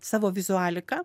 savo vizualika